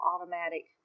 automatic